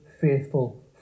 faithful